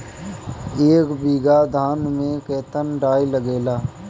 एक बीगहा धान में केतना डाई लागेला?